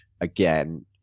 again